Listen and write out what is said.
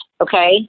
Okay